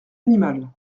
animal